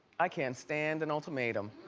i can't stand an ultimatum.